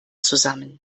zusammen